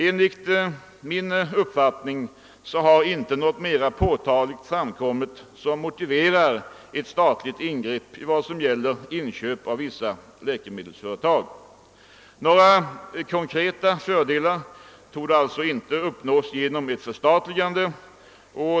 Enligt min uppfattning har det inte framkommit någonting mera påtagligt som motiverar ett statligt ingrepp i form av inköp av vissa läkemedelsföretag. Några konkreta fördelar torde inte uppnås genom ett förstatligande.